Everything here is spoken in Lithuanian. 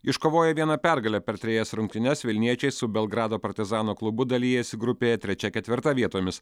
iškovoję vieną pergalę per trejas rungtynes vilniečiai su belgrado partizano klubu dalijasi grupėje trečia ketvirta vietomis